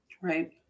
Right